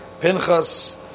Pinchas